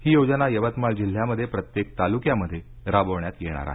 ही योजना यवतमाळ जिल्ह्यामध्ये प्रत्येक तालुक्यामध्ये राबवण्यात येणार आहे